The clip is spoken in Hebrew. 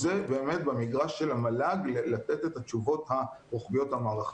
זה באמת במגרש של המל"ג לתת את התשובות המערכתיות.